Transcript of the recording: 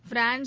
France